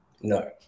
No